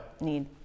need